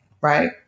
right